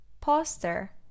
Poster